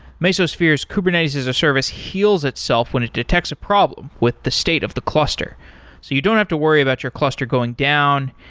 mesosphere's kubernetes-as-a-service heals itself when it detects a problem with the state of the cluster. so you don't have to worry about your cluster going down,